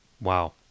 Wow